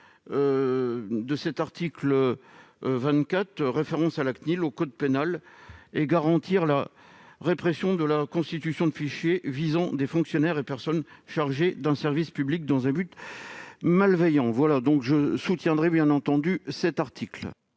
de l'article 24 fait référence à la CNIL : il prévoit la répression de la constitution de fichiers visant des fonctionnaires et des personnes chargées d'un service public dans un but malveillant. Je soutiendrai bien entendu cet article.